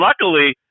luckily